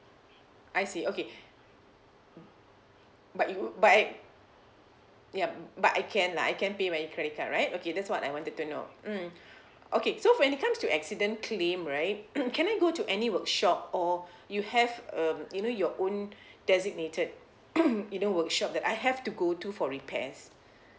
I see okay but you but I yup but I can lah I can pay via credit card right okay that's what I wanted to know mm okay so for when it comes to accident claim right can I go to any workshop or you have um you know your own designated you know workshop that I have to go to for repairs